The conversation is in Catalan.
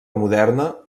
moderna